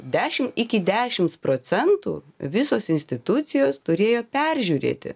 dešimt iki dešims procentų visos institucijos turėjo peržiūrėti